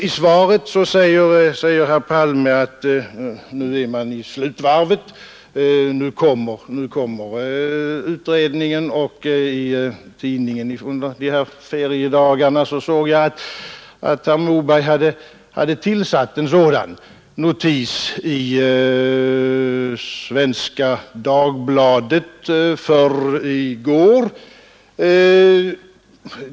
I svaret säger herr Palme att man nu är på slutvarvet och att utredningen kommer att tillsättas, och under de feriedagar vi har haft såg jag i en notis i Svenska Dagbladet för i går att herr Moberg har tillsatt en sådan utredning.